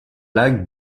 lac